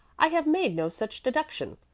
i have made no such deduction.